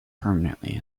permanently